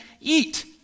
eat